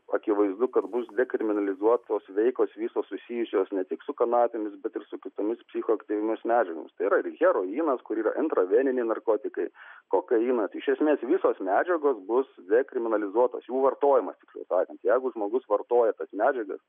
akivaizdu kad bus dekriminalizuotos veikos visos susijusios ne tik su kanapėmis bet ir su kitomis psichoaktyviomis medžiagomis tai yra ir heroinas kur yra intraveniniai narkotikai kokainas iš esmės visos medžiagos bus dekriminalizuotos jų vartojimas kitaip tariant jeigu žmogus vartoja tas medžiagas